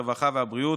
הרווחה והבריאות,